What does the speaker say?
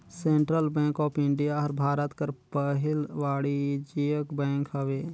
central bank of India हर भारत कर पहिल वानिज्यिक बेंक हवे